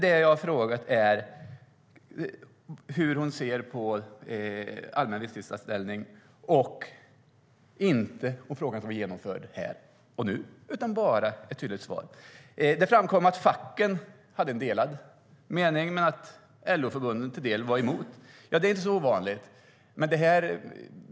Det jag har frågat är hur ministern ser på allmän visstidsanställning. Jag har inte efterfrågat att något ska vara genomfört här och nu, utan vill bara ha ett tydligt svar. Det framkom att facken har delade meningar och att LO-förbunden delvis är emot. Det är inte så ovanligt.